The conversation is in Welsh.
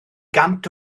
gant